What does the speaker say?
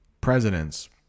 presidents